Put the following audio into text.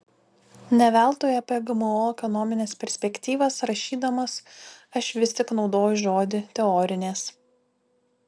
ne veltui apie gmo ekonomines perspektyvas rašydamas aš vis tik naudoju žodį teorinės